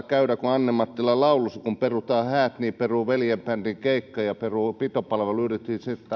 käydä kuin anne mattilan laulussa että kun perutaan häät niin perutaan veljen bändin keikka ja perutaan pitopalveluyritys